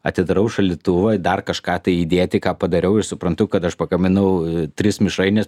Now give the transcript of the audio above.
atidarau šaldytuvą dar kažką tai įdėti ką padariau ir suprantu kad aš pagaminau tris mišraines